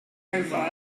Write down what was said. profile